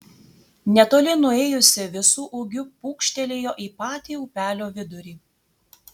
netoli nuėjusi visu ūgiu pūkštelėjo į patį upelio vidurį